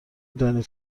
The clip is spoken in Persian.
دانید